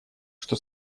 что